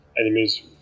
Enemies